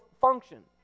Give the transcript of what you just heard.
function